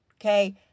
Okay